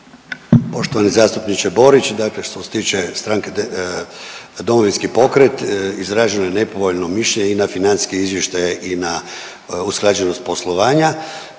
Poštovani zastupniče Borić, dakle što se tiče stranke Domovinski pokret izraženo je nepovoljno mišljenje i na financijske izvještaje i na usklađenost poslovanja.